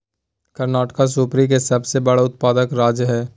कर्नाटक सुपारी के सबसे बड़ा उत्पादक राज्य हय